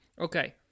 okay